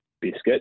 Biscuit